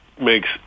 makes